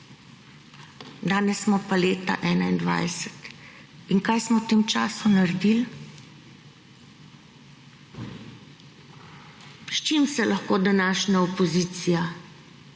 Danes smo pa leta 2021 in kaj smo v tem času naredili? S čim se lahko današnja opozicija